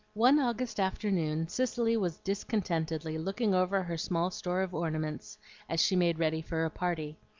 one august afternoon cicely was discontentedly looking over her small store of ornaments as she made ready for a party.